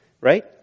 right